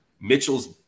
Mitchell's